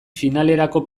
finalerako